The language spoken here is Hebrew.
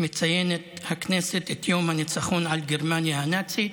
מציינת הכנסת את יום הניצחון על גרמניה הנאצית,